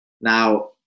Now